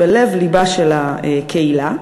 בלב-לבה של הקהילה,